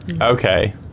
Okay